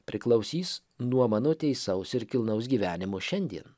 priklausys nuo mano teisaus ir kilnaus gyvenimo šiandien